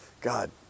God